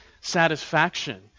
satisfaction